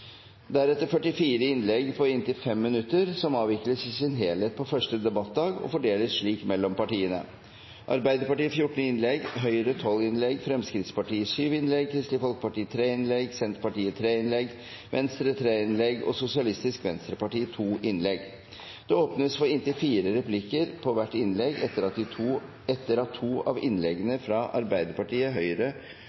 deretter 44 innlegg på inntil 5 minutter, som avvikles i sin helhet på første debattdag og fordeles slik mellom partiene: Arbeiderpartiet 14 innlegg, Høyre 12 innlegg, Fremskrittspartiet 7 innlegg, Kristelig Folkeparti 3 innlegg, Senterpartiet 3 innlegg, Venstre 3 innlegg og Sosialistisk Venstreparti 2 innlegg. Det åpnes for inntil fire replikker på hvert innlegg etter to av innleggene